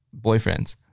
Boyfriends